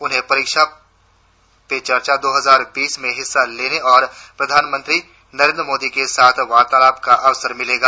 उन्हें परीक्षा पे चर्चा दो हजार बीस में हिस्सा लेने और प्रधानमंत्री नरेंद्र मोदी के साथ वार्तालाप का अवसर मिलेगा